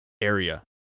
area